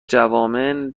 جوامع